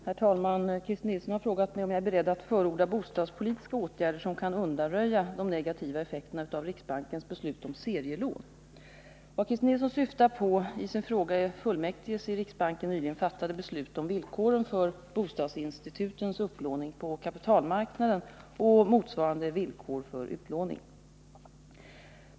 Herr talman! Christer Nilsson har frågat mig om jag är beredd att förorda bostadspolitiska åtgärder som kan undanröja de negativa effekterna av riksbankens beslut om serielån. Vad Christer Nilsson syftar på i sin fråga är fullmäktiges i riksbanken nyligen fattade beslut om villkoren för bostadsinstitutens upplåning på kapitalmarknaden och motsvarande villkor för utlåning.